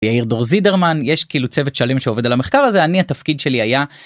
ירדור זידרמן יש כאילו צוות שלם שעובד על המחקר הזה אני התפקיד שלי היה.